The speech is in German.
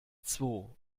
zwo